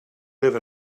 live